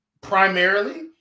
primarily